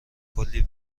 کلی